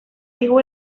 digu